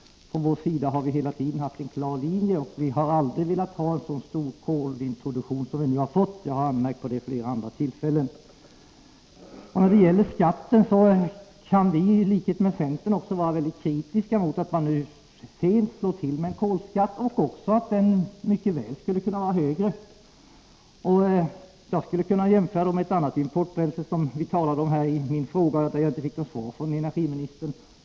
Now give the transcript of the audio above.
Från vår sida har vi hela tiden haft en klar linje, och vi har aldrig velat ha en så stor kolintroduktion som vi nu har fått. Jag har anmärkt på detta vid flera andra tillfällen. Vad gäller skatten kan vi i likhet med centern vara mycket kritiska mot att man nu sent slår till med en kolskatt och också tycka att den mycket väl skulle kunna vara högre. Jag skulle kunna jämföra med ett annat importbränsle, som jag tog upp i samband med min fråga. Men på den fråga jag då ställde fick jag inte något svar från energiministern.